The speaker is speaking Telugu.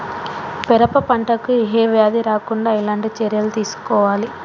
పెరప పంట కు ఏ వ్యాధి రాకుండా ఎలాంటి చర్యలు తీసుకోవాలి?